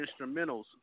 instrumentals